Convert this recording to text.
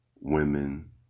women